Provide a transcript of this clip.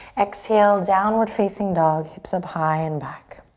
exhale, downward facing dog, hips up high and back.